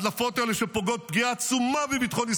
חבר הכנסת סגלוביץ', נא לצאת.